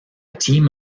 team